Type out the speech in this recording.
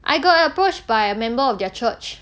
I got approached by a member of their church